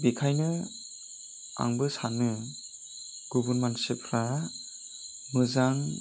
बिखायनो आंबो सानो गुबुन मानसिफ्रा मोजां